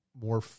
more